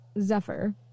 Zephyr